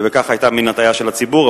ובכך היתה מין הטעיה של הציבור.